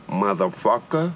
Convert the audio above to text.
motherfucker